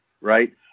right